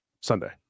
Sunday